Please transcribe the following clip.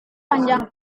panjang